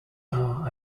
are